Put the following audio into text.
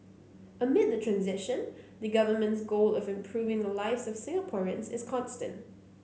amid the transition the Government's goal of improving the lives of Singaporeans is constant